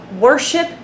worship